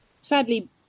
sadly